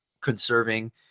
conserving